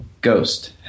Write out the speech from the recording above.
Ghost